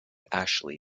ashley